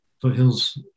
foothills